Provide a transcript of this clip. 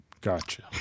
Gotcha